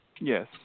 Yes